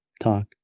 talk